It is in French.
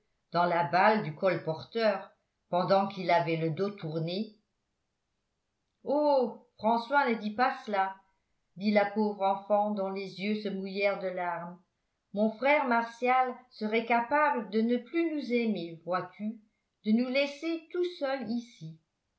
dans la balle du colporteur pendant qu'il avait le dos tourné oh françois ne dis pas cela dit la pauvre enfant dont les yeux se mouillèrent de larmes mon frère martial serait capable de ne plus nous aimer vois-tu de nous laisser tout seuls ici